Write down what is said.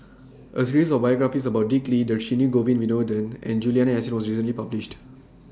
A series of biographies about Dick Lee Dhershini Govin Winodan and Juliana Yasin was recently published